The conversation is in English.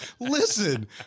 Listen